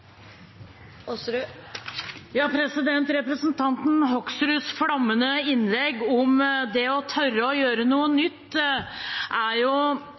Representanten Hoksruds flammende innlegg om det å tørre å gjøre noe nytt er